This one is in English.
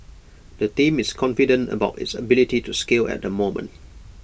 the team is confident about its ability to scale at the moment